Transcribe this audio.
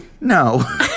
No